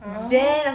ah